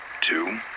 two